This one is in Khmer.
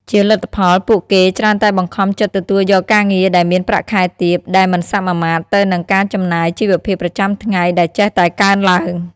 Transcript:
ជាលទ្ធផល ពួកគេច្រើនតែបង្ខំចិត្តទទួលយកការងារដែលមានប្រាក់ខែទាប ដែលមិនសមាមាត្រទៅនឹងការចំណាយជីវភាពប្រចាំថ្ងៃដែលចេះតែកើនឡើង។